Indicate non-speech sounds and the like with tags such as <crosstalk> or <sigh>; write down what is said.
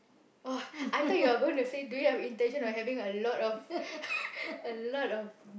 oh I thought you are gonna say do you have intention of having a lot of <laughs> a lot of